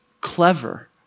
clever